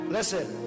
Listen